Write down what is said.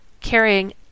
carrying